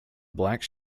black